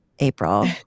April